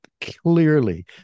clearly